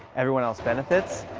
everyone else benefits.